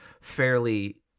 fairly